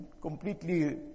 completely